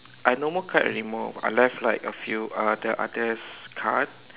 I no more card anymore unless like a few uh the others card